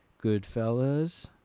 Goodfellas